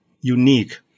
unique